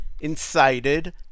incited